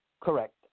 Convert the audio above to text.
Correct